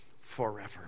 forever